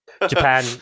Japan